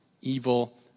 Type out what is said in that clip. evil